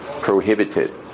prohibited